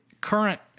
current